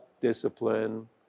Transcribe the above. discipline